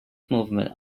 movement